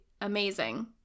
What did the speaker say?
amazing